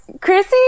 Chrissy